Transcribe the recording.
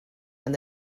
and